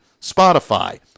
Spotify